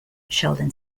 sheldon